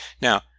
Now